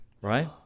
right